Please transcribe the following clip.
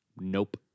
nope